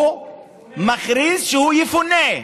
הוא מכריז שהוא יפונה.